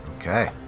Okay